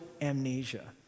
amnesia